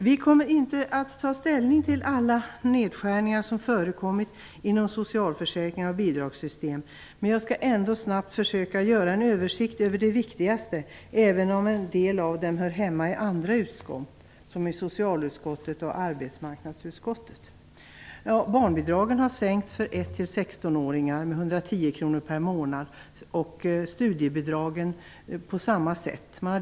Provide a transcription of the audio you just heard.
Vi kommer inte att ta ställning till alla nedskärningar som föreslås inom socialförsäkrings och bidragssystem, men jag skall försöka göra en översikt över de viktigaste, även om en del av dem hör hemma i andra utskott som socialutskottet och arbetsmarknadsutskottet.